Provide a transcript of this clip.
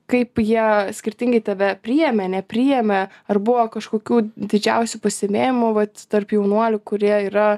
kaip jie skirtingai tave priėmė nepriėmė ar buvo kažkokių didžiausių pastebėjimų vat tarp jaunuolių kurie yra